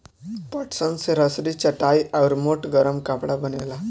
पटसन से रसरी, चटाई आउर मोट गरम कपड़ा बनेला